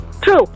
True